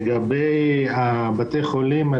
לגבי בתי החולים,